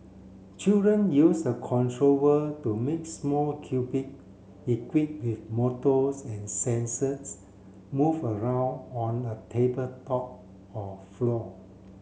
children use a controller to make small cubic equipped with motors and sensors move around on a tabletop or floor